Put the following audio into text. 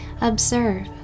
observe